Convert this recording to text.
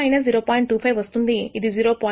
25 వస్తుంది ఇది 0